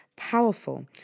powerful